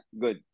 good